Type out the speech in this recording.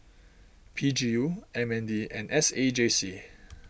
P G U M N D and S A J C